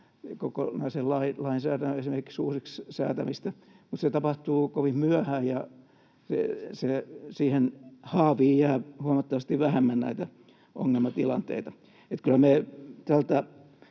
kokonaisen lainsäädännön uusiksi säätämistä. Mutta se tapahtuu kovin myöhään, ja siihen haaviin jää huomattavasti vähemmän näitä ongelmatilanteita. Että kyllä me tämän